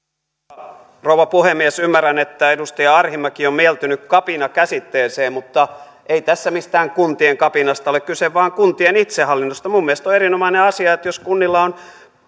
arvoisa rouva puhemies ymmärrän että edustaja arhinmäki on mieltynyt kapina käsitteeseen mutta ei tässä mistään kuntien kapinasta ole kyse vaan kuntien itsehallinnosta minun mielestäni on erinomainen asia että jos kunnilla on